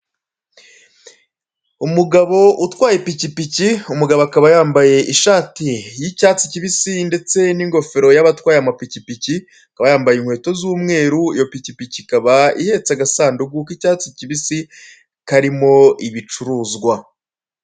Umugabo utwaye ipikipiki, umugabo akaba yambaye ishati y'icyatsi kibisi ndetse n'ingofero y'abatwaye amapikipiki, akaba yambaye inkweto z'umweru, iyo pikipiki ikaba ihetse agasanduku k'icyatsi kibisi karimo ibicuruzwa.